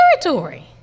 territory